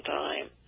time